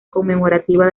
conmemorativa